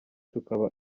tukaba